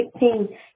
16